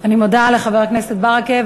אני מודה לחבר הכנסת ברכה.